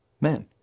men